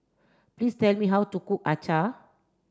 please tell me how to cook Acar